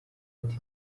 ati